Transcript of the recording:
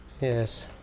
Yes